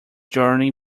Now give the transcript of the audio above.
journey